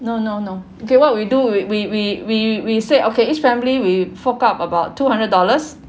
no no no okay what we'll do we we we we we said okay each family will fork out about two hundred dollars